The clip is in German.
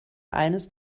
eines